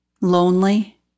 lonely